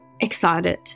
excited